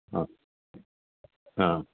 ആ ആ